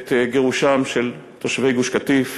את גירושם של תושבי גוש-קטיף